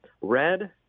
Red